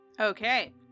Okay